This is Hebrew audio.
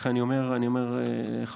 אני אומר לך,